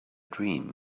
dream